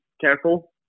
careful